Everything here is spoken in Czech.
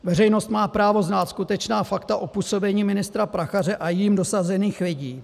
Veřejnost má právo znát skutečná fakta o působení ministra Prachaře a jím dosazených lidí.